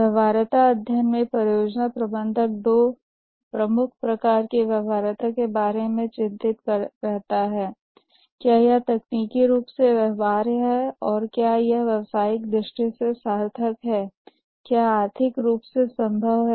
व्यवहार्यता अध्ययन में परियोजना प्रबंधक दो मुख्य प्रकार की व्यवहार्यता के बारे में चिंतित है क्या यह तकनीकी रूप से व्यवहार्य है और क्या यह व्यावसायिक दृष्टि से सार्थक है क्या यह आर्थिक रूप से संभव है